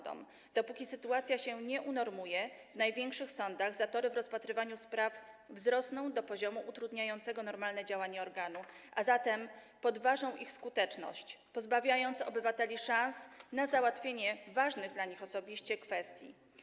Dopóki sytuacja się nie unormuje, w największych sądach zatory w rozpatrywaniu spraw wzrosną do poziomu utrudniającego normalne działanie organu, a zatem podważą skuteczność sądów, pozbawiając obywateli szans na załatwienie ważnych dla nich osobiście kwestii.